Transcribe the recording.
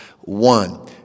One